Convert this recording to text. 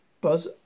Buzz